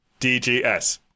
DGS